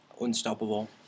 unstoppable